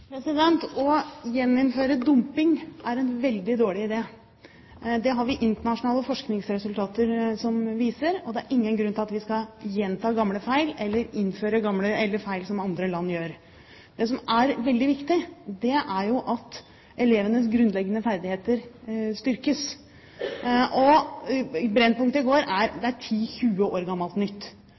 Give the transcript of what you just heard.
Å gjeninnføre dumping er en veldig dårlig idé. Det har vi internasjonale forskningsresultater som viser, og det er ingen grunn til at vi skal gjenta gamle feil eller innføre feil som andre land gjør. Det som er veldig viktig, er at elevenes grunnleggende ferdigheter styrkes. Brennpunkt i går var 10–20 år gammelt nytt. Det er